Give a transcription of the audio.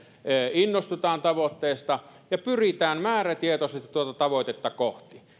innostutaan tavoitteesta ja pyritään määrätietoisesti tuota tavoitetta kohti